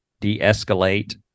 de-escalate